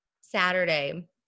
Saturday